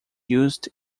used